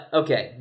okay